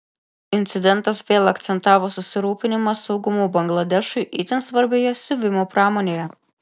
incidentas vėl akcentavo susirūpinimą saugumu bangladešui itin svarbioje siuvimo pramonėje